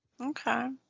Okay